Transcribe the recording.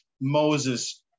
Moses